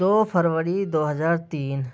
دو فروری دو ہزار تین